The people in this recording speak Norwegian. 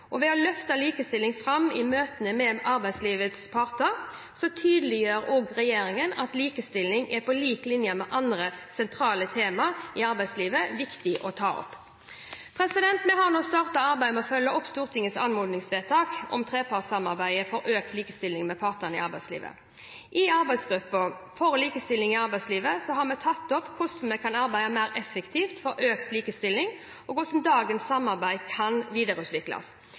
Ved å løfte likestilling fram i møter med arbeidslivets parter tydeliggjør regjeringen at likestilling er, på lik linje med andre sentrale tema i arbeidslivet, viktig å ta opp. Vi har startet arbeidet med å følge opp Stortingets anmodningsvedtak om trepartssamarbeid for økt likestilling med partene i arbeidslivet. I arbeidsgruppen for likestilling i arbeidslivet har vi tatt opp hvordan vi kan arbeide mer effektivt for økt likestilling, og hvordan dagens samarbeid kan videreutvikles.